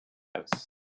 house